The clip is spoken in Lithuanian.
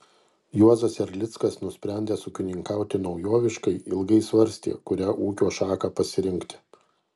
juozas erlickas nusprendęs ūkininkauti naujoviškai ilgai svarstė kurią ūkio šaką pasirinkti